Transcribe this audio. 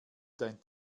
dein